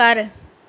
ਘਰ